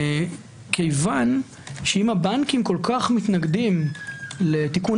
כיוון שאם הבנקים כל כך מתנגדים לתיקון